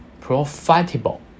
profitable